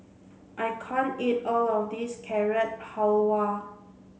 I can't eat all of this Carrot Halwa